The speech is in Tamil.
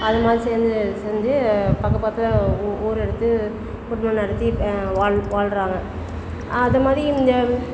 அதுமாதிரி சேர்ந்து செஞ்சு பக்கம் பக்கத்தில் ஓ ஊர் எடுத்து குடும்பம் நடத்தி வாழ் வாழ்றாங்க அதமாதிரி இங்கே